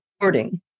recording